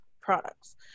products